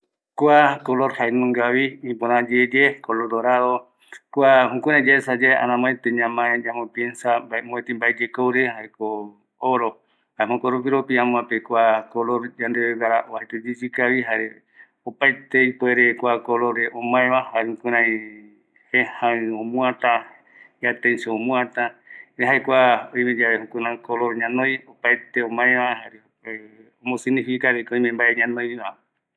Kua y color dorado jei supe va se ma amae se puere añono vaera se po re guara areko ipuere vaera añono se yiva regaua jaema ma amoamora añono esa ipora oyesa seve jukurei se ayemongueta